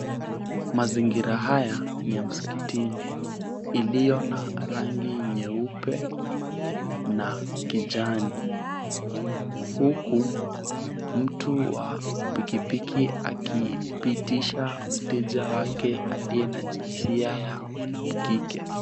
Mazingira haya ni ya msikitini iliyo na rangi nyeupe na kijani, huku mtu wa pikipiki akipitisha mteja wake aliye na jinsia ya kike.